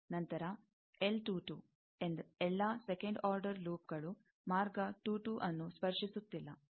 ನಂತರ ಎಲ್ಲಾ second order ಲೂಪ್ಗಳು ಮಾರ್ಗ 22 ನ್ನು ಸ್ಪರ್ಶಿಸುತ್ತಿಲ್ಲ ಇತ್ಯಾದಿ